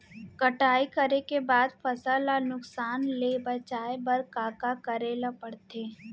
कटाई करे के बाद फसल ल नुकसान ले बचाये बर का का करे ल पड़थे?